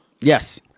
Yes